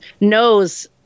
knows